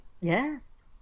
Yes